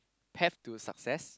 path to success